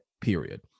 period